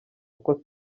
uko